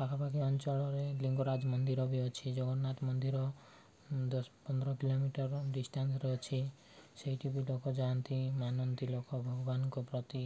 ପାଖାପାଖି ଅଞ୍ଚଳରେ ଲିଙ୍ଗରାଜ ମନ୍ଦିର ବି ଅଛି ଜଗନ୍ନାଥ ମନ୍ଦିର ଦଶ ପନ୍ଦର କିଲୋମିଟର ଡିଷ୍ଟାନ୍ସରେ ଅଛି ସେଇଠି ବି ଲୋକ ଯାଆନ୍ତି ମାନନ୍ତି ଲୋକ ଭଗବାନଙ୍କ ପ୍ରତି